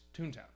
Toontown